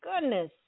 goodness